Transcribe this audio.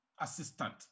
assistant